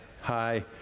hi